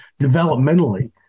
developmentally